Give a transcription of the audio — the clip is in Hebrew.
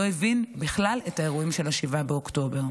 לא הבין בכלל את האירועים של 7 באוקטובר.